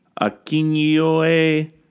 Akinioe